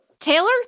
Taylor